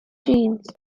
jeans